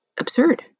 absurd